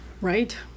right